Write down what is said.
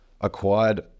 acquired